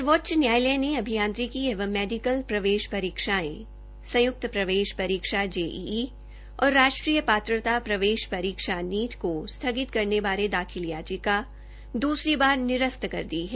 सर्वोच्च न्यायालय ने आंभियांत्रिकी एवं मेडिकल प्रवेश परीक्षायें संयुक प्रवेश परीक्षा जेईई और राष्ट्रीय पात्रता प्रवेश परीक्षा नीट को स्थगित करने बारे दाखिल याचिका दूसरी बार निरस्त कर दी है